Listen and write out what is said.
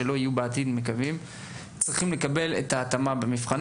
שאנחנו מקווים שלא יהיו בעתיד צריכים לקבל את ההתאמה במבחנים,